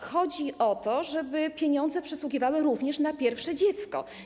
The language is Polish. Chodzi o to, żeby pieniądze przysługiwały również na pierwsze dziecko.